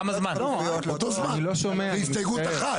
אותו זמן, זו הסתייגות אחת.